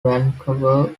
vancouver